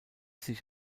sich